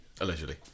Allegedly